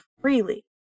freely